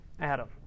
Adam